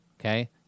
okay